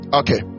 okay